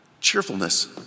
cheerfulness